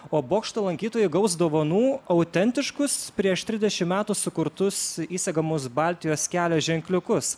o bokšto lankytojai gaus dovanų autentiškus prieš trisdešim metų sukurtus įsegamus baltijos kelio ženkliukus